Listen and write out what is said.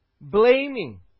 Blaming